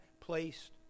placed